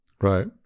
Right